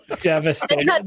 devastating